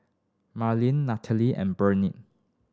Malin Nathalie and Barney